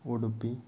Udupi